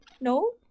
No